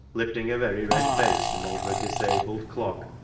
lifting a very red face from over a dis abled clog,